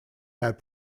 had